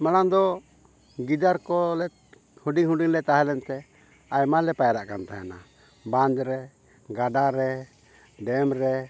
ᱢᱟᱲᱟᱝ ᱫᱚ ᱜᱤᱫᱟᱹᱨ ᱠᱚᱞᱮ ᱦᱩᱰᱤᱧ ᱦᱩᱰᱤᱧ ᱞᱮ ᱛᱟᱦᱮᱸ ᱞᱮᱱᱛᱮ ᱟᱭᱢᱟ ᱞᱮ ᱯᱟᱭᱨᱟᱜ ᱠᱟᱱ ᱛᱟᱦᱮᱱᱟ ᱵᱟᱸᱫᱽ ᱨᱮ ᱜᱟᱰᱟ ᱨᱮ ᱰᱮᱹᱢ ᱨᱮ